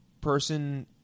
person